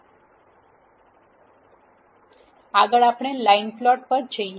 આગળ આપણે line plot પર જઇએ